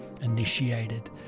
initiated